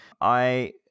I-